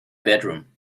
bedroom